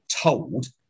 told